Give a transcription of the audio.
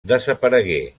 desaparegué